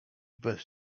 bez